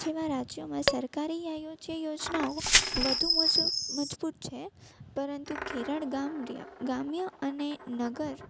જેવાં રાજ્યોમાં સરકારી આયોજ્ય યોજનાઓ વધુ મજબૂત છે પરંતુ કેરળ ગામ ગ્રામ્ય અને નગર